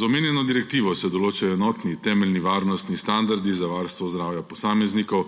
Z omenjeno direktivo se določajo enotni temeljni varnostni standardi za varstvo zdravja posameznikov,